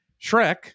Shrek